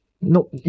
No